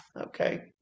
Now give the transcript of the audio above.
Okay